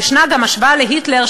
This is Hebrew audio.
ויש גם השוואה להיטלר,